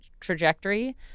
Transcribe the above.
trajectory